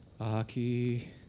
Aki